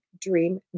dream